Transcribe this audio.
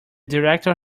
director